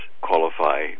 qualify